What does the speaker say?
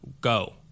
Go